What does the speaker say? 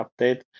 update